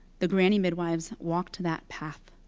the granny midwives walked that path.